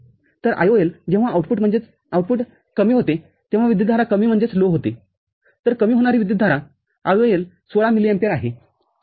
तर IOL जेव्हा आउटपुटकमी होते तेव्हा विद्युतधारा कमीहोते तर कमी होणारी विद्युतधारा IOL १६ मिलिअम्पियर आहे